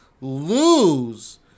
lose